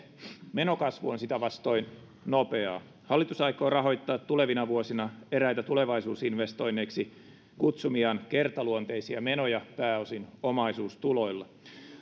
menokasvu on sitä vastoin nopeaa hallitus aikoo rahoittaa tulevina vuosina eräitä tulevaisuusinvestoinneiksi kutsumiaan kertaluonteisia menoja pääosin omaisuustuloilla